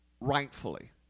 rightfully